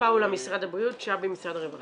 -- פאולה ממשרד הבריאות ושבי ממשרד הרווחה.